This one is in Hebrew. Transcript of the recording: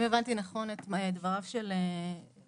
אם הבנתי נכון את דבריו של ישי,